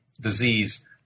disease